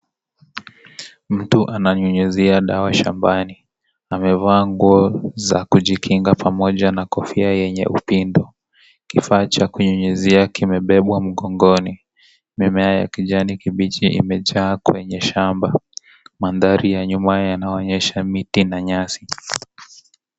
Mtu ananyunyizia dawa shambani, amevaa nguo za kujikinga pamoja na kofia yenye upindi. Kifaa cha kunyunyizia kimebebwa mgongoni. Mimea ya kijani kibichi imejaa kwenye shamba. Mandhari ya nyuma yanaoyesha miti na nyasi.